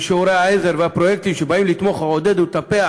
של שיעורי העזר והפרויקטים שבאים לתמוך ולעודד ולטפח